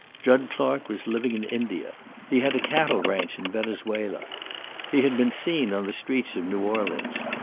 jud clark was living in india he had a cattle ranch in venezuela he had been seen on the streets of new orleans.